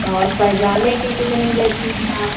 और पैजामे के कितने लेती हैं आप